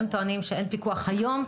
הם טוענים שאין פיקוח היום,